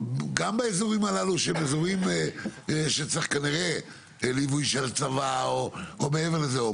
גם באזורים הללו שהם אזורים שצריך כנראה ליווי של הצבא או מעבר לזה,